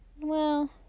Well